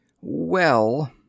Well